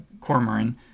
cormoran